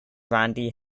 randy